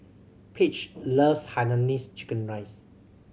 Page loves hainanese chicken rice